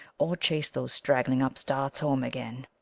or chase those straggling upstarts home again.